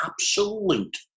absolute